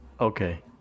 Okay